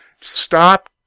stop